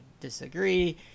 disagree